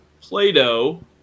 play-doh